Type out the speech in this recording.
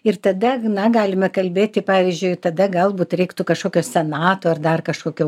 ir tada na galime kalbėti pavyzdžiui tada galbūt reiktų kažkokio senato ar dar kažkokio